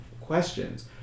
questions